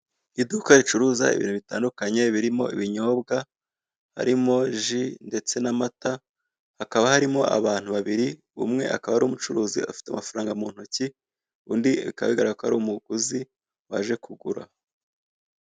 Iduka ricuruza ibintu bitandukanye birimo ibinyobwa harimo; ji ndetse n'amata hakaba harimo abantu babiri, umwe akaba ari umucuruzi afite amafaranga mu ntoki, undi bikaba bigaragara ko ari umuguzi waje kugura.